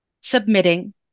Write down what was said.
submitting